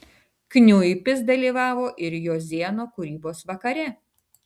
kniuipis dalyvavo ir jozėno kūrybos vakare